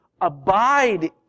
abide